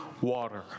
water